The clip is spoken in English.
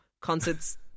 Concerts